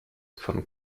von